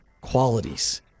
qualities